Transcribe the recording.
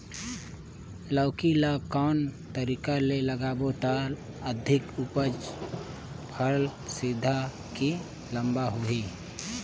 लौकी ल कौन तरीका ले लगाबो त अधिक उपज फल सीधा की लम्बा होही?